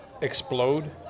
explode